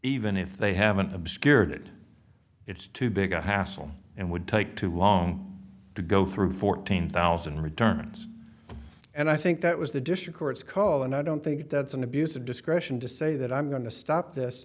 even if they haven't obscured it it's too big a hassle and would take too long to go through fourteen thousand returns and i think that was the district courts call and i don't think that's an abuse of discretion to say that i'm going to stop this